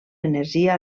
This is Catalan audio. energia